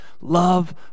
love